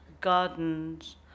gardens